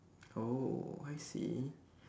oh I see